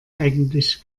eigentlich